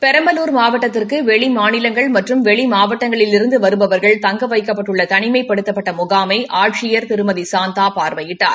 பெரம்பலூர் மாவட்டத்திற்கு வெளி மாநிலங்கள் மற்றும் வெளி மாவட்டங்களிலிருந்து வருபவர்கள் தங்க வைக்கப்பட்டுள்ள தனிமைப்படுத்தப்பட்ட முகாமினை ஆட்சியர் திருமதி சாந்தா பார்வையிட்டார்